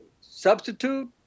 substitute